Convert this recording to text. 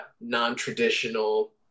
non-traditional